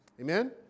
Amen